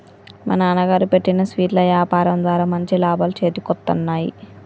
మా నాన్నగారు పెట్టిన స్వీట్ల యాపారం ద్వారా మంచి లాభాలు చేతికొత్తన్నయ్